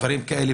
דברים כאלה,